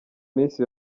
minsi